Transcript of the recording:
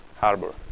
harbor